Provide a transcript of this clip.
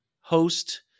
host